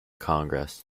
congress